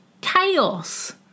Chaos